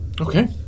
Okay